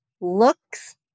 looks